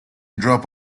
drop